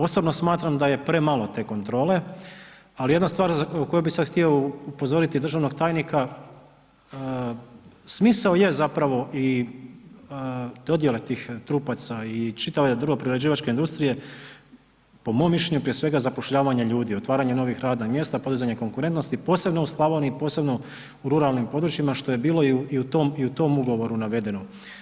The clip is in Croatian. Osobno smatram da je premalo te kontrole ali jedna stvar za koju bi sad htio upozoriti državnog tajnika, smisao je zapravo i dodjele tih trupaca i čitave drvo-prerađivačke industrije po mom mišljenju prije svega zapošljavanje ljudi, otvaranje novih radnih mjesta, podizanje konkurentnosti, posebno u Slavoniji, posebno u ruralnim područjima što je bilo i u tom ugovoru navedeno.